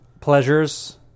pleasures